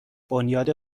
بنیاد